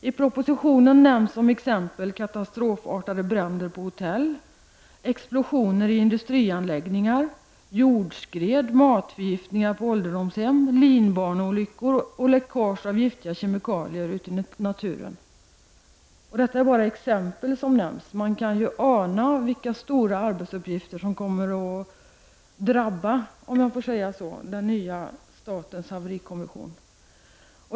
I propositionen nämns som exempel katastrofartade bränder på hotell, explosioner i industrianläggningar, jordskred, matförgiftningar på ålderdomshem, linbaneolyckor och läckage av giftiga kemikalier ut i naturen.” Detta är bara exempel som nämns. Man kan ana vilka stora arbetsuppgifter som kommer att drabba, om jag får säga så, den nya statens haverikommission.